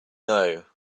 know